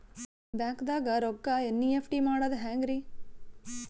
ಬ್ಯಾಂಕ್ದಾಗ ರೊಕ್ಕ ಎನ್.ಇ.ಎಫ್.ಟಿ ಮಾಡದ ಹೆಂಗ್ರಿ?